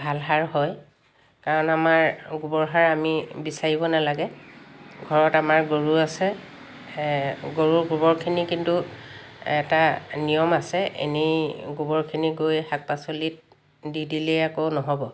ভাল সাৰ হয় কাৰণ আমাৰ গোবৰ সাৰ আমি বিচাৰিব নালাগে ঘৰত আমাৰ গৰু আছে গৰু গোবৰখিনি কিন্তু এটা নিয়ম আছে এনেই গোবৰখিনি গৈ শাক পাচলিত দি দিলেই আকৌ নহ'ব